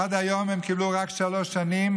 עד היום הם קיבלו רק שלוש שנים,